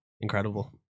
incredible